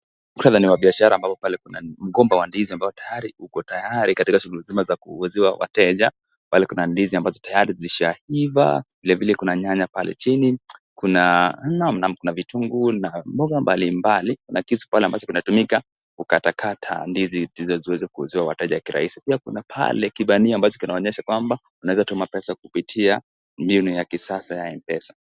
Mukthatha ni wa biashara, ambao pale kuna mgomba wa ndizi ambao tayari, uko tayari katika shuguli nzima ya kuuziwa wateja. Pale kuna ndizi ambazo tayari zisha ivaa. Vile vile kuna nyanya pale chini, kuna nam na vitunguu na mboga mbali mbali, na kisu pale ambacho kinatumika kukata kata ndizi ndizo ziweze kuuziwa wateja kiraisi, pia kuna pale kibani ambacho kinaonyesha kwamba, unaeza tuma pesa kupitia, mbinu ya kisasa ya Mpesa .